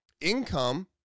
income